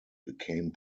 became